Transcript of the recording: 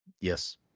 Yes